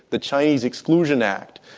the chinese exclusion act.